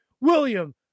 William